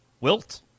Wilt